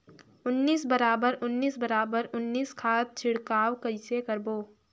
उन्नीस बराबर उन्नीस बराबर उन्नीस खाद छिड़काव कइसे करबो?